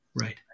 Right